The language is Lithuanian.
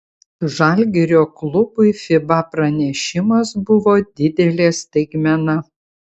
žalgirio klubui fiba pranešimas buvo didelė staigmena